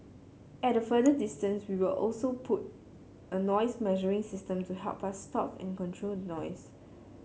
at a further distance we also put a noise measuring system to help us stop and control the noise